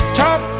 talk